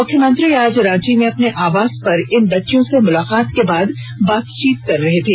मुख्यमंत्री आज रांची में अपने आवास पर इन बच्चियों से मुलाकात के बाद बातचीत कर रहे थे